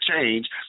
change